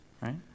right